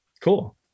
Cool